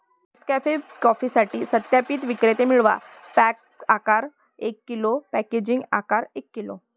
Nescafe कॉफीसाठी सत्यापित विक्रेते मिळवा, पॅक आकार एक किलो, पॅकेजिंग आकार एक किलो